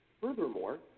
Furthermore